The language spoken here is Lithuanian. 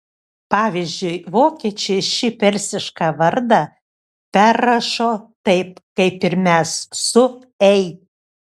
pavyzdžiui vokiečiai šį persišką vardą perrašo taip kaip ir mes su ei